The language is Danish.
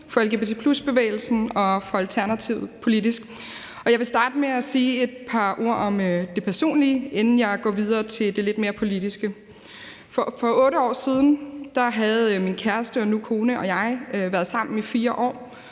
for lgbt+- bevægelsen og politisk for Alternativet, og jeg vil starte med at sige et par ord om det personlige, inden jeg går videre til det lidt mere politiske. For 8 år siden havde min kæreste og nu kone og jeg været sammen i 4 år,